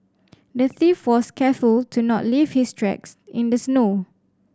the thief was careful to not leave his tracks in the snow